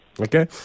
Okay